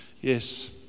yes